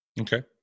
okay